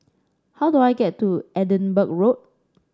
how do I get to Edinburgh Road